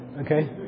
Okay